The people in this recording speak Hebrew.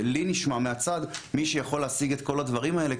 ולי נשמע מהצד שמי שיכול להשיג את כל הדברים האלה,